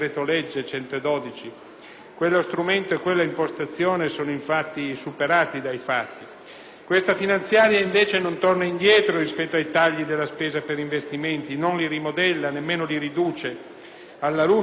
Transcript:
Questa finanziaria, invece, non torna indietro rispetto ai tagli della spesa per investimenti, non li rimodella né li riduce. Alla luce delle nuove emergenze, in questo modo non si tagliano gli sprechi, sui quali è opportuno continuare ad intervenire,